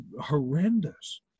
horrendous